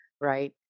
right